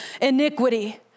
iniquity